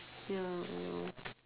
ya you know